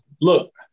look